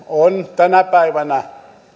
on tänä päivänä